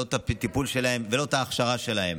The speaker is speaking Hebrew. לא את הטיפול שלהם ולא את ההכשרה שלהם,